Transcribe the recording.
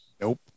Nope